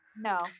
No